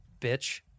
Bitch